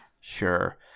Sure